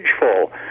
full